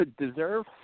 deserve